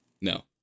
No